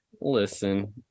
listen